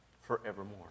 forevermore